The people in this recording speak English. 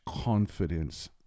confidence